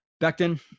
Becton